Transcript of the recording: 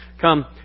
come